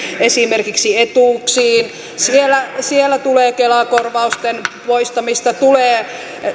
etuuksiin siellä siellä tulee kela korvausten poistamista tulee